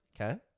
Okay